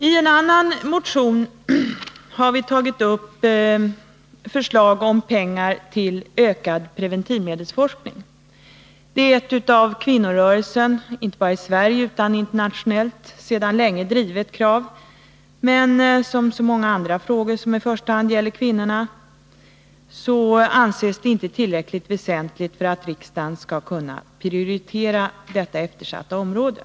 I en annan motion har vi framfört förslag om pengar till en ökad preventivmedelsforskning. Det är ett av kvinnorörelsen, inte bara i Sverige utan även internationellt, sedan länge drivet krav. Men som så många andra frågor som i första hand gäller kvinnorna anses den här frågan inte tillräckligt väsentlig för att riksdagen skall kunna prioritera detta eftersatta område.